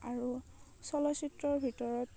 আৰু চলচ্চিত্ৰৰ ভিতৰত